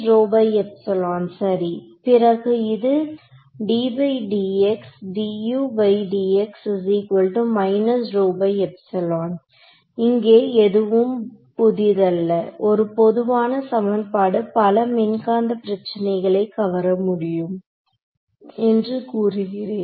பிறகு அது இங்கே எதுவும் புதிதல்ல ஒரு பொதுவான சமன்பாடு பல மின்காந்த பிரச்சனைகளை கவர முடியும் என்று கூறுகிறேன்